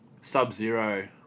Sub-Zero